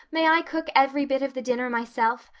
may i cook every bit of the dinner myself?